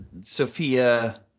Sophia